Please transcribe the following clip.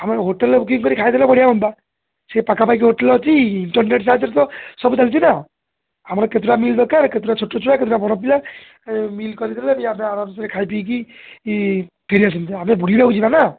ଆମର ହୋଟେଲ୍ରେ ବୁକିଂ କରି ଖାଇଦେଲେ ବଢ଼ିଆ ହଅନ୍ତା ସେ ପାଖାପାଖି ହୋଟେଲ୍ ଅଛି ଇଣ୍ଟରନେଟ୍ ସାହାଯ୍ୟରେ ତ ସବୁ ଚାଲିଛି ନା ଆମର କେତେଟା ମିଲ୍ ଦରକାର କେତେଟା ଛୋଟ ଛୁଆ କେତେଟା ବଡ଼ ପିଲା ମିଲ୍ କରିଦେଲେ ବି ଆମେ ଆରାମସରେ ଖାଇ ପିଇକି ଫେରିି ଆସନ୍ତେ ଆମେ ବୁଲିବାକୁ ଯିବା ନା